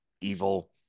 evil